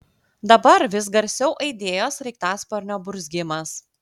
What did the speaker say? dabar vis garsiau aidėjo sraigtasparnio burzgimas